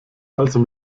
also